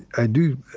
i do.